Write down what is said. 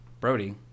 Brody